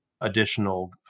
additional